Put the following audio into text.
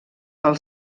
pel